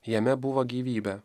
jame buvo gyvybė